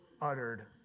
Uttered